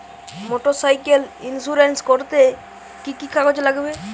Motorcycle insurance করতে কি কি কাগজ লাগবে?